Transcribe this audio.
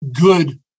good